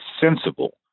sensible